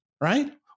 right